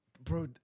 bro